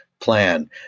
plan